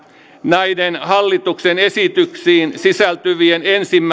näiden hallituksen esityksiin sisältyvien ensimmäinen